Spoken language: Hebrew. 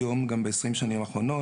ב-20 השנים האחרונות,